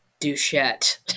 Duchette